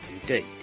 indeed